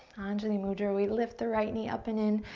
anjali mudra. we lift the right knee up and in.